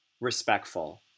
respectful